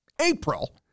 April